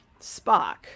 spock